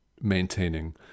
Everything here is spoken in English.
maintaining